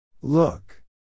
Look